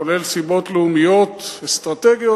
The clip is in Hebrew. כולל סיבות לאומיות אסטרטגיות,